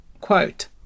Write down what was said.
quote